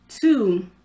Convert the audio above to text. Two